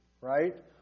right